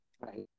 Right